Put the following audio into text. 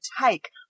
take